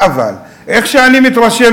ומעובדות אי-אפשר לברוח.